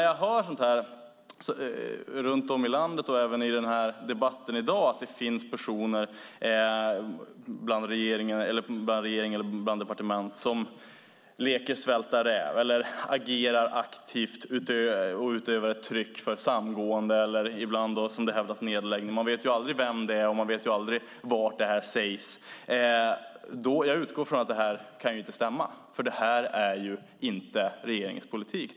Jag hör runt om i landet och även i debatten i dag att det finns personer i regeringen eller i departement som leker svälta räv eller agerar aktivt och utövar ett tryck för samgående eller ibland, som det hävdas, nedläggning. Man vet aldrig vem det är, och man vet aldrig var det här sägs. Jag utgår från att det inte kan stämma. För det här är inte regeringens politik.